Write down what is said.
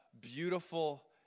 beautiful